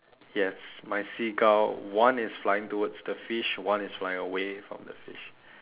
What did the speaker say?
yes my seagull one is flying towards the fish one is flying away from the fish